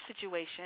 situation